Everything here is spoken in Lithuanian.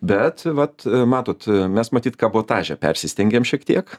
bet vat matot mes matyt kabotaže persistengėm šiek tiek